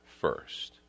first